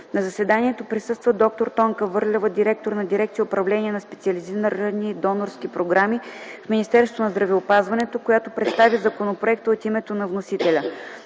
На заседанието присъства д-р Тонка Върлева – директор на Дирекция „Управление на специализирани донорски програми” в Министерството на здравеопазването, която представи законопроекта от името на вносителя.